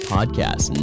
Podcast